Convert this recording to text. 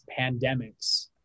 pandemics